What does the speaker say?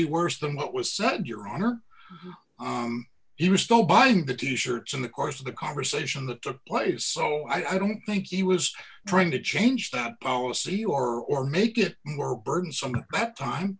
be worse than what was said your honor he was still buying the t shirts in the course of the conversation that took place so i don't think he was trying to change that policy or make it more burdensome that time